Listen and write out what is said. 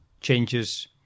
changes